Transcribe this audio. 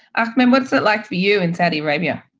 ahmed, what's it like for you in saudi arabia?